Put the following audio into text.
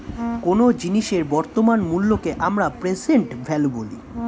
কোনো জিনিসের বর্তমান মূল্যকে আমরা প্রেসেন্ট ভ্যালু বলি